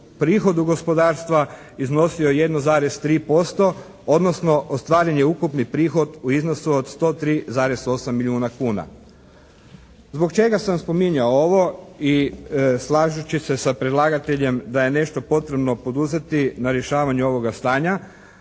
prihodu gospodarstva iznosio 1,3% odnosno ostvaren je ukupni prihod u iznosu od 103,8 milijuna kuna. Zbog čega sam spominjao ovo i slažući se sa predlagateljem da je nešto potrebno poduzeti na rješavanju ovoga stanja?